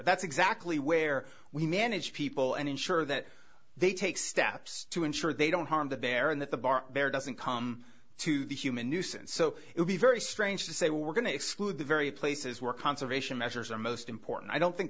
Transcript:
that's exactly where we manage people and ensure that they take steps to ensure they don't harm that there and that the bar doesn't come to the human nuisance so it would be very strange to say we're going to exclude the very places where conservation measures are most important i don't think